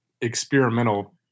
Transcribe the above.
experimental